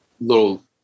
little